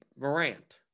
Morant